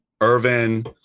Irvin